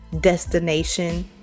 destination